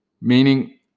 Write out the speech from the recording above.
Meaning